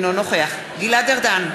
אינו נוכח גלעד ארדן,